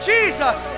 Jesus